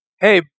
Hey